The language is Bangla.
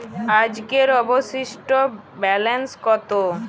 আজকের অবশিষ্ট ব্যালেন্স কত?